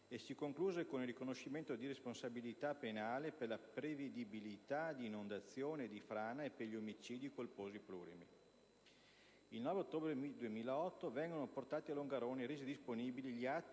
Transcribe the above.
e si concluse con il riconoscimento di responsabilità penale per la prevedibilità di inondazione e di frana e per gli omicidi colposi plurimi. Il 9 ottobre 2008 vengono portati a Longarone e resi disponibili gli atti